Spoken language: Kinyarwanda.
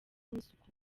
n’isuku